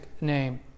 name